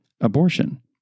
abortion